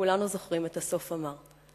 וכולנו זוכרים את הסוף המר.